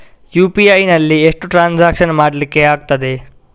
UPI ನಲ್ಲಿ ಎಷ್ಟು transaction ಮಾಡ್ಲಿಕ್ಕೆ ಆಗ್ತದೆ?